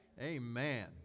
Amen